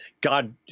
God